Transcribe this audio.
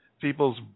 people's